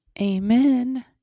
Amen